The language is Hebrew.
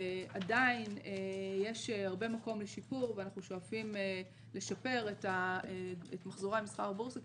עדיין יש הרבה מקום לשיפור ואנחנו שואפים לשפר את מחזורי המסחר בבורסה,